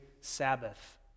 Sabbath